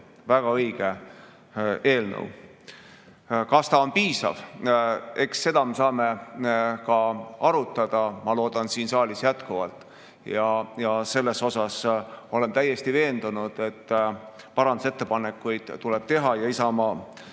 väga õige eelnõu. Kas see on piisav? Eks seda me saame ka arutada, ma loodan, siin saalis jätkuvalt. Selles ma olen aga täiesti veendunud, et parandusettepanekuid tuleb teha, ja Isamaa